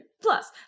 Plus